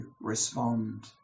respond